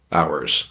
hours